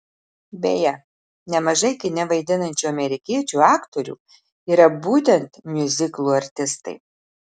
beje nemažai kine vaidinančių amerikiečių aktorių yra būtent miuziklų artistai